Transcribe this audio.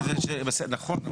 נכון.